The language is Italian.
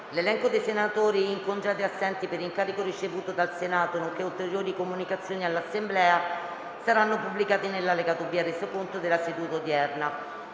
L'elenco dei senatori in congedo e assenti per incarico ricevuto dal Senato, nonché ulteriori comunicazioni all'Assemblea saranno pubblicati nell'allegato B al Resoconto della seduta odierna.